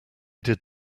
did